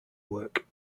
work